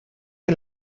que